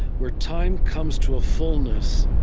where time comes to a fullness,